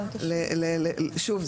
שוב,